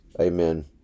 Amen